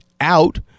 out